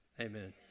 Amen